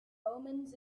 omens